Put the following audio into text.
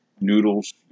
noodles